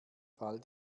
fall